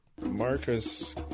Marcus